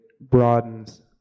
broadens